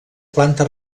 planta